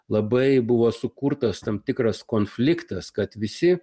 labai buvo sukurtas tam tikras konfliktas kad visi